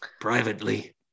privately